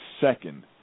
second